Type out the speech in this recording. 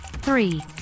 Three